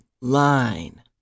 line